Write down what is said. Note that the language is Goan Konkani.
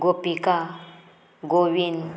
गोपिका गोविंद